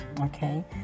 okay